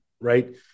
right